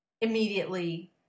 immediately